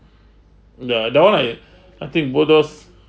the that one I I think both us